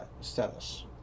status